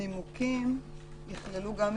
כתוב שנימוקים יכללו גם התייחסות.